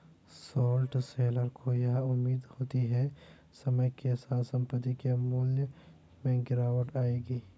short seller को यह उम्मीद होती है समय के साथ संपत्ति के मूल्य में गिरावट आएगी